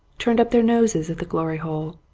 turned up their noses at the glory hole.